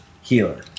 healer